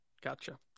Gotcha